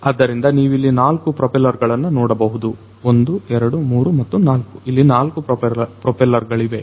ಆದ್ದರಿಂದ ನೀವಿಲ್ಲಿ ನಾಲ್ಕು ಪ್ರೊಪೆಲ್ಲರ್ ಗಳನ್ನು ನೋಡಬಹುದು 1 2 3 ಮತ್ತು 4 ಇಲ್ಲಿ 4 ಪ್ರೋಪೆಲ್ಲರ್ ಗಳಿವೆ